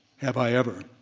have i ever.